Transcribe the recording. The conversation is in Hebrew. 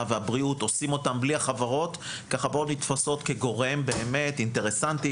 והבריאות עושים אותם בלי החברות כי החברות נתפסות כגורם באמת אינטרסנטי,